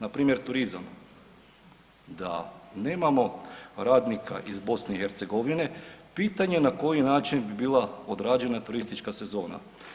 Npr. turizma, da nemamo radnika iz BiH, pitanje je na koji način bi bila odrađena turistička sezona.